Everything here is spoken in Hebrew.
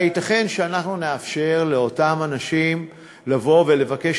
והייתכן שאנחנו נאפשר לאותם אנשים לבוא ולבקש